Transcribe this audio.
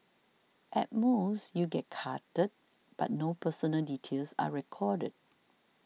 at most you get carded but no personal details are recorded